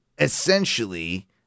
essentially